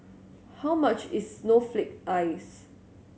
how much is snowflake ice